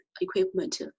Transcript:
equipment